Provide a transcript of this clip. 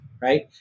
right